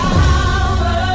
power